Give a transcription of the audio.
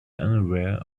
unaware